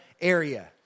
area